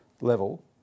level